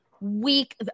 week